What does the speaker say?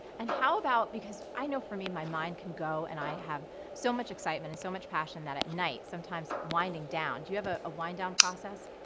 and how about, because i know for me my mind can go and i have so much excitement, and so much passion that at night sometimes winding down. do you have a wind down process?